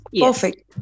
Perfect